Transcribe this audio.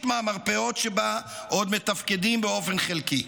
מהמרפאות שבה עוד מתפקדים באופן חלקי";